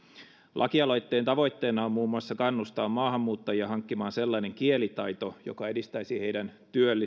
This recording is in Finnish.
lakialoitteen tavoitteena on muun muassa kannustaa maahanmuuttajia hankkimaan sellainen kielitaito joka edistäisi heidän